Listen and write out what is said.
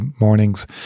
mornings